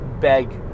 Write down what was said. beg